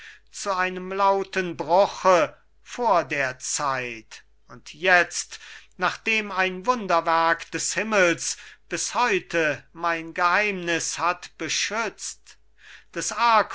zu einem lauten bruche vor der zeit und jetzt nachdem ein wunderwerk des himmels bis heute mein geheimnis hat beschützt des